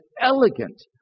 elegant